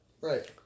Right